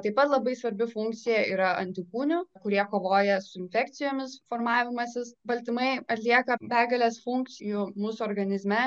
taip pat labai svarbi funkcija yra antikūnių kurie kovoja su infekcijomis formavimasis baltymai atlieka begales funkcijų mūsų organizme